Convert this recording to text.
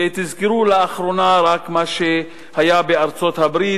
ותזכרו רק מה שהיה לאחרונה בארצות-הברית,